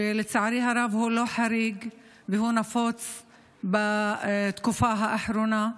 ולצערי הרב הוא לא חריג והוא נפוץ בתקופה האחרונה,